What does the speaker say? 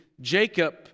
Jacob